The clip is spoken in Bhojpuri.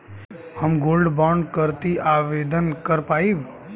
हम गोल्ड बोड करती आवेदन कर पाईब?